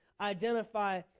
identify